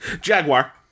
Jaguar